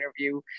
interview